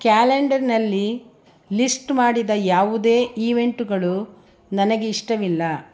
ಕ್ಯಾಲೆಂಡರ್ನಲ್ಲಿ list ಮಾಡಿದ ಯಾವುದೇ ಈವೆಂಟುಗಳು ನನಗೆ ಇಷ್ಟವಿಲ್ಲ